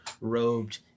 robed